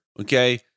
okay